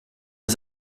his